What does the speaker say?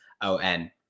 O-N